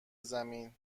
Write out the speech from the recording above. زمین